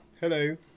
Hello